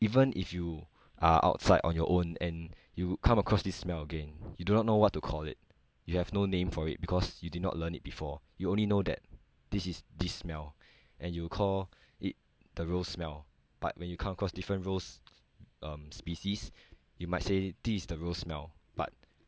even if you are outside on your own and you will come across this smell again you do not know what to call it you have no name for it because you did not learn it before you only know that this is this smell and you call it the rose smell but when you come across different rose um species you might say this is the rose smell but